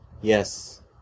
Yes